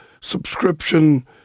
subscription